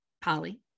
polly